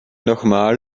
nochmal